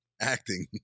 acting